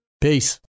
Peace